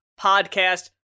podcast